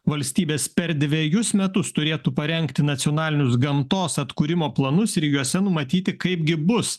valstybės per dvejus metus turėtų parengti nacionalinius gamtos atkūrimo planus ir juose numatyti kaipgi bus